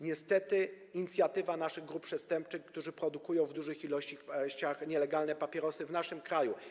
Niestety jest inicjatywa naszych grup przestępczych, które produkują w dużych ilościach nielegalne papierosy w naszym kraju.